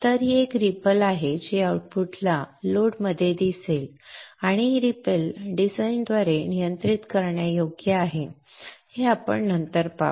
तर ही एक रिपल आहे जी आउटपुटला लोडमध्ये दिसेल आणि ही रिपल डिझाइनद्वारे नियंत्रित करण्यायोग्य आहे हे आपण नंतर पाहू